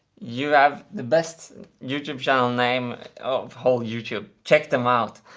you have the best youtube channel name of whole youtube. check them out.